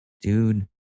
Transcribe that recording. dude